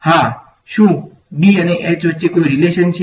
હા શું B અને H વચ્ચે કોઈ રીલેશન છે